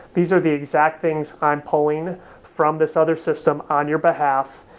these are the exact things i'm pulling from this other system on your behalf,